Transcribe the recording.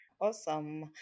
Awesome